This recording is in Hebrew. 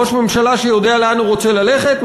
ראש ממשלה שיודע לאן הוא רוצה ללכת,